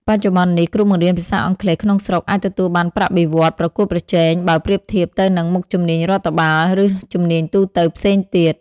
បច្ចុប្បន្ននេះ គ្រូបង្រៀនភាសាអង់គ្លេសក្នុងស្រុកអាចទទួលបានប្រាក់បៀវត្សរ៍ប្រកួតប្រជែង បើប្រៀបធៀបទៅនឹងមុខជំនាញរដ្ឋបាល ឬជំនាញទូទៅផ្សេងទៀត។